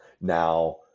Now